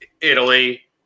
Italy